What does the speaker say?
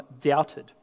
doubted